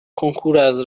کنکوراز